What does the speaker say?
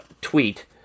tweet